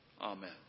Amen